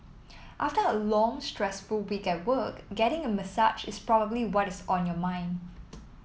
after a long stressful week at work getting a massage is probably what is on your mind